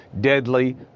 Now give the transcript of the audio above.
deadly